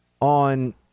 on